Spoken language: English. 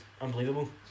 unbelievable